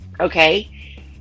Okay